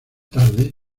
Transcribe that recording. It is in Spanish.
tarde